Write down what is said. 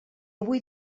avui